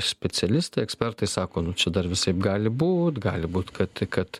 specialistai ekspertai sako nu čia dar visaip gali būt gali būt kad kad